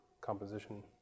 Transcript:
composition